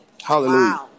Hallelujah